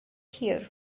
here